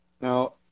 Now